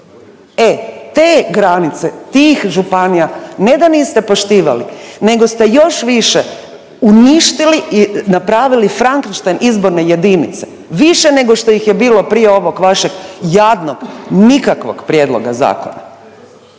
E te granice tih županija ne da niste poštivali, nego ste još više uništili i napravili Frankeistein izborne jedinice više nego što ih je bilo prije ovog vašeg jadnog, nikakvog prijedloga zakona.